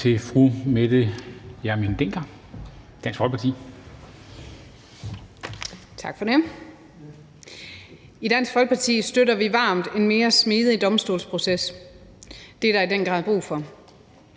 (Ordfører) Mette Hjermind Dencker (DF): Tak for det. I Dansk Folkeparti støtter vi varmt en mere smidig domstolsproces, for det er der i den grad brug for.